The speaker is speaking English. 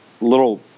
little